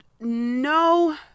No